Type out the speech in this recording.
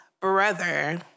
brother